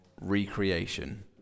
recreation